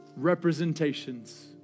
representations